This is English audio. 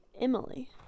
Emily